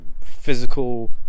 physical